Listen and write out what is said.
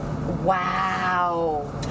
Wow